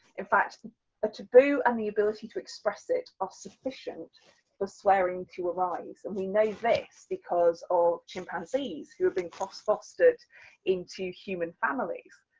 in fact a taboo, and the ability to express it are sufficient for swearing to arise, and we know this, because of chimpanzees who have been fostered fostered into human families,